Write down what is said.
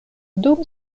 dum